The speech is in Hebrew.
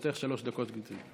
לרשותך שלוש דקות, גברתי.